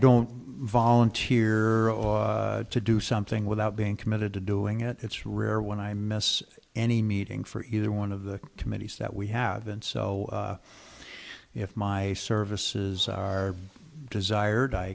don't volunteer to do something without being committed to doing it it's rare when i miss any meeting for either one of the committees that we have and so if my services are desired i